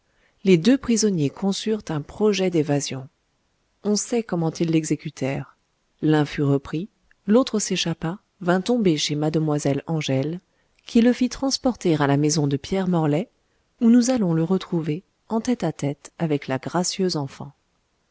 les deux prisonniers conçurent un projet d'évasion on sait comment ils l'exécutèrent l'un fut repris l'autre s'échappa vint tomber chez mademoiselle angèle qui le fit transporter à la maison de pierre morlaix où nous allons le retrouver en tête-à-tête avec la gracieuse enfant